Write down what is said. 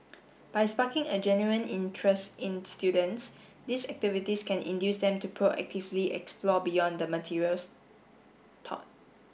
by sparking a genuine interest in students these activities can induce them to proactively explore beyond the materials taught